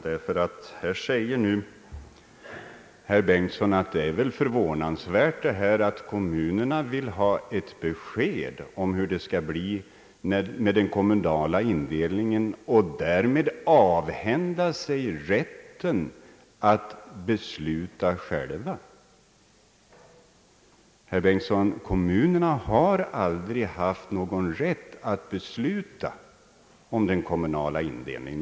Herr Bengtson sade att det är märkligt att kommunerna vill ha ett besked om hur det skall bli med den kommunala indelningen och att de därmed avhänder sig rätten att besluta själva. Kommunerna har aldrig, herr Bengtson, haft någon rätt att besluta om den kommunala indelningen.